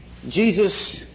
Jesus